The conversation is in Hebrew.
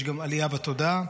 ויש גם עלייה בתודעה.